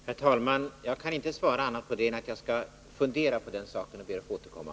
Herr talman! Jag kan inte svara annat på det än att jag skall fundera på saken. Jag ber att få återkomma.